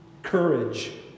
Courage